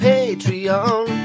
Patreon